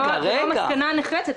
זקס.